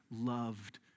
loved